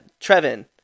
Trevin